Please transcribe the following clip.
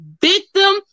victim